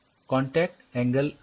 contact angle measurement